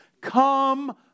Come